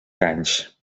anys